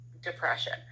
depression